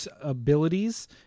abilities